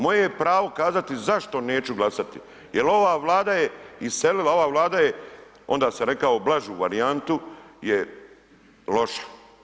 Moje je pravo kazati zašto neću glasati jer ova Vlada je iselila, ova Vlada je, onda sam rekao blažu varijantu je loša.